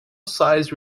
size